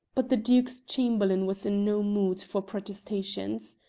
but the duke's chamberlain was in no mood for protestations.